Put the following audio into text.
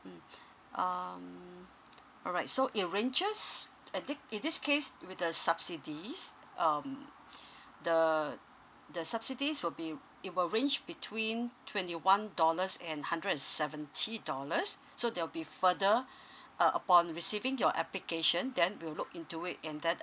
um alright so it ranges in this case with the subsidies um the the subsidies will be it will range between twenty one dollars and hundred and seventy dollars so there'll be further uh upon receiving your application then we'll look into it and then